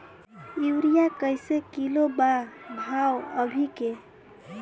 Urea कइसे kilo बा भाव अभी के?